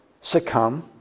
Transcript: succumb